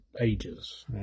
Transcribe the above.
ages